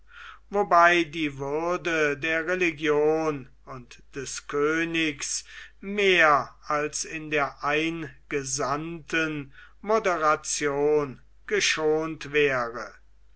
wobei die würde der religion und des königs mehr als in der eingesandten moderation geschont wäre